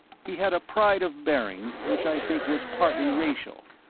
he had a pride of bearing which i think was partly racial,